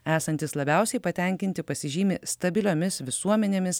esantys labiausiai patenkinti pasižymi stabiliomis visuomenėmis